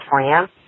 California